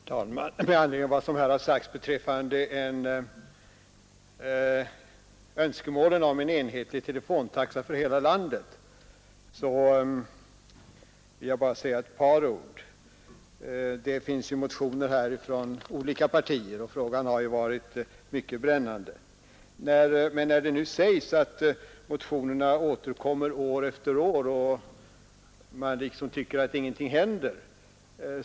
Herr talman! Med anledning av vad som här har anförts beträffande önskemålen om en enhetlig teletaxa för hela landet vill jag säga några ord. Det finns motioner på denna punkt från olika partier. Frågan har ju också varit mycket brännande. Det sägs nu att motionerna återkommer år efter år, och man tycker liksom att ingenting händer.